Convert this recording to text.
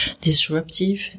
disruptive